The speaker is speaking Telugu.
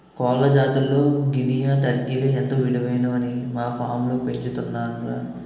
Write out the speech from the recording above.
కోళ్ల జాతుల్లో గినియా, టర్కీలే ఎంతో విలువైనవని మా ఫాంలో పెంచుతున్నాంరా